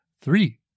Three